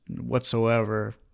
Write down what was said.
whatsoever